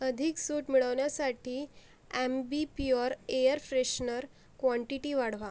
अधिक सूट मिळवण्यासाठी ॲम्बीप्युअर एअर फ्रेशनर क्वांटीटी वाढवा